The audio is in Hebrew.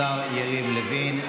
השר יריב לוין.